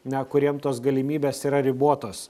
na kuriem tos galimybės yra ribotos